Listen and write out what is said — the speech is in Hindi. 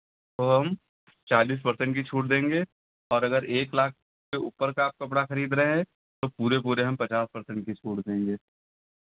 तो हम चालीस पर्सेंट की छूट देंगे और अगर एक लाख के ऊपर का आप कपड़ा खरीद रहे हैं तो पूरे पूरे हम पचास पर्सेंट की छूट देंगे